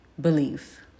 belief